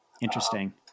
Interesting